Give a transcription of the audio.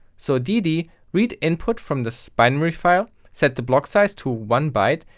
so dd, read input from this binary file, set the block size to one byte,